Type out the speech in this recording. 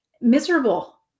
miserable